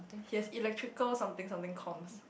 he has electrical something something coms